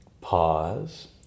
Pause